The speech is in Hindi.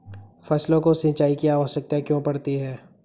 फसलों को सिंचाई की आवश्यकता क्यों पड़ती है?